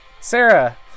Sarah